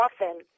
often